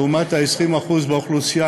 לעומת ה-20% באוכלוסייה,